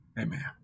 Amen